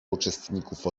uczestników